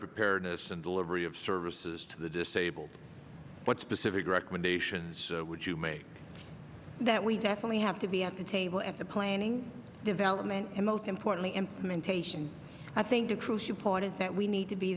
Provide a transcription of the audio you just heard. preparedness and delivery of services to the disabled what specific recommendations would you make that we definitely have to be at the table at the planning development in most importantly implementation i think the crucial point is that we need to be